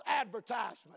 advertisement